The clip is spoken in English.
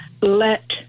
let